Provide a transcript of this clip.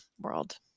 world